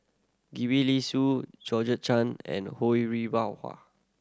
Gwee Li Sui Georgette Chen and Ho Rih